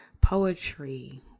poetry